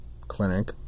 clinic